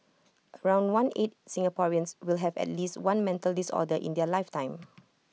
around one eight Singaporeans will have at least one mental disorder in their lifetime